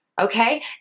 okay